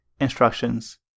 instructions